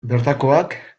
bertakoak